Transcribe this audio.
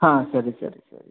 ಹಾಂ ಸರಿ ಸರಿ ಸರಿ ಸರಿ